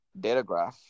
datagraph